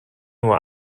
nur